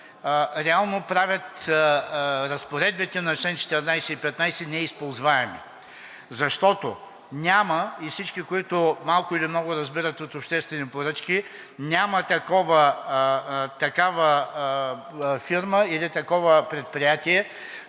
реално правят разпоредбите на чл. 14 и 15 неизползваеми, защото няма – и всички, които малко или много разбират от обществени поръчки, няма такава фирма или такова предприятие,